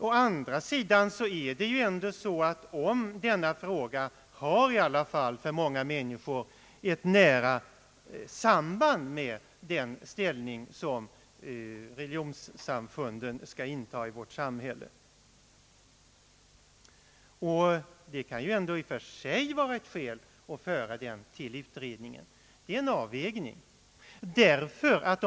Å andra sidan är det ju ändå så att den fråga vi nu behandlar för många människor har ett nära samband med den ställning som religionssamfunden kan inta i vårt samhälle. Det kan ju i och för sig vara ett skäl för att ta upp denna fråga i utredningen om förhållandet mellan kyrka och stat. Det är en av helgdagar vägning.